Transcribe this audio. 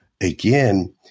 again